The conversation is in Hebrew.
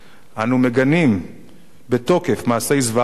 אנו מגנים בתוקף מעשי זוועה אלה,